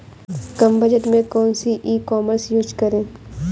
कम budget में कौन सी ई कॉमर्स यूज़ करें?